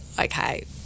okay